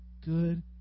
good